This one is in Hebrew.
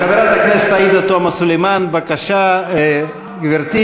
חברת הכנסת עאידה תומא סלימאן, בבקשה, גברתי.